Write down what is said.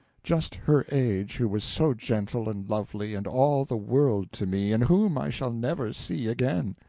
just her age who was so gentle, and lovely, and all the world to me, and whom i shall never see again!